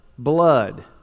Blood